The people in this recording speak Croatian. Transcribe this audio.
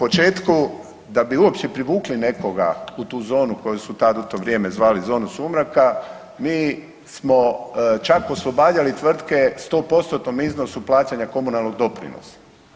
Evo, u početku, da bi uopće privukli nekoga u tu zonu koju su tad u to vrijeme zvali zonu sumraka, mi smo čak oslobađali tvrtke 100%-tnom iznosu plaćanja komunalnog doprinosa.